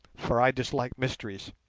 for i dislike mysteries.